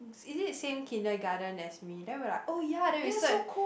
is it same kindergarten as me then we like oh ya then we search